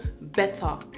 better